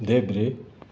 देब्रे